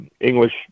english